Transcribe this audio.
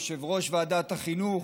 יושב-ראש ועדת החינוך,